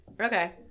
Okay